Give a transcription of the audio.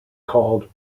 called